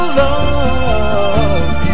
love